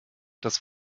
das